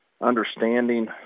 understanding